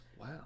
wow